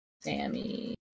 Sammy